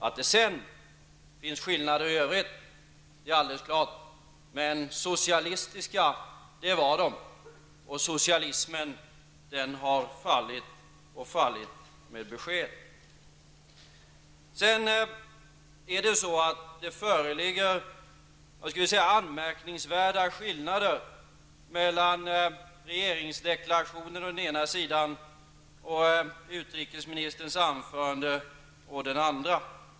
Att det sedan finns skillnader i övrigt är alldeles klart. Men dessa länder var socialistiska, och socialismen har fallit med besked. Det föreligger anmärkningsvärda skillnader mellan regeringsdeklarationen och ena sidan och utrikesministerns anförande å den andra.